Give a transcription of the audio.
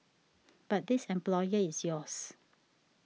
but this employer is yours